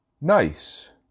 nice